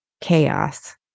chaos